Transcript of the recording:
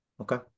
Okay